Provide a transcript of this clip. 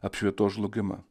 apšvietos žlugimą